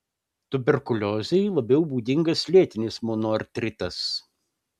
tuberkuliozei labiau būdingas lėtinis monoartritas